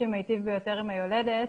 שמיטיב ביותר עם היולדת.